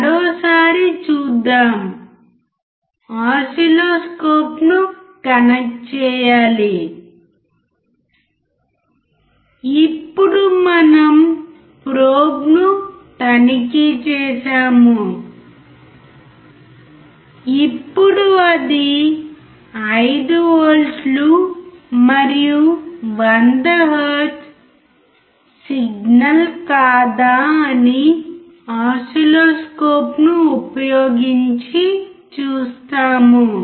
మరోసారి చూద్దాం ఓసిల్లోస్కోప్ను కనెక్ట్ చేయాలి ఇప్పుడు మనము ప్రోబ్ను తనిఖీ చేసాము ఇప్పుడు అది 5 వోల్ట్లు మరియు 100 హెర్ట్జ్ సిగ్నల్ కాదా అని ఓసిల్లోస్కోప్ను ఉపయోగించి చూస్తాము